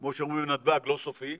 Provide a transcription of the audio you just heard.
כמו שאומרים בנתב"ג לא סופי,